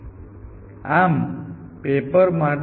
ચાલો માની લઈએ કે રિલેથી અથવા બીજું કંઈ પણ થી કોઈ ફરક પડતો નથી